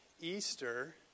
Easter